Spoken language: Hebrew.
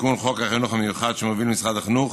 לתיקון חוק החינוך המיוחד שמוביל משרד החינוך